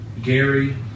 Gary